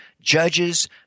judges